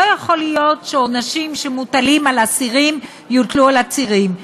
לא יכול להיות שעונשים שמוטלים על אסירים יוטלו על עצירים.